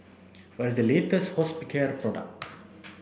what is the latest Hospicare product